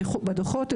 בדוחות,